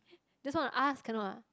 this one I ask cannot ah